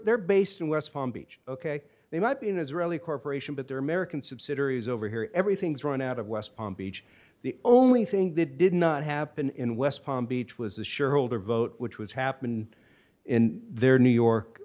they're based in west palm beach ok they might be an israeli corporation but they're american subsidiaries over here everything's run out of west palm beach the only thing that did not happen in west palm beach was a shareholder vote which was happened in their new york